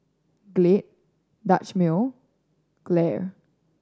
Glade Dutch Mill Gelare